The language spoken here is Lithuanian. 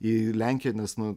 į lenkiją nes nu